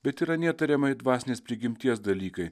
betir anie tariamai dvasinės prigimties dalykai